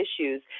issues